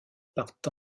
partent